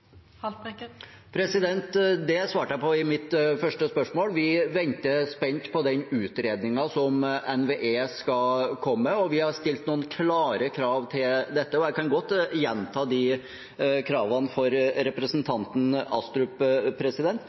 Det svarte jeg på i mitt første spørsmål. Vi venter spent på den utredningen som NVE skal komme med. Vi har stilt noen klare krav til dette, og jeg kan godt gjenta de kravene for representanten Astrup.